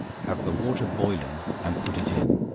have the water boiling, and put it in,